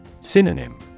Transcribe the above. Synonym